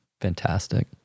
Fantastic